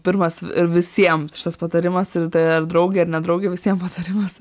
pirmas ir visiem šitas patarimas ir tai ar draugei ar ne draugei visiem patarimas